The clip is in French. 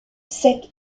secs